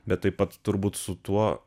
bet taip pat turbūt su tuo